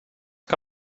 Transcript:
que